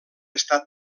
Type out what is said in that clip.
estat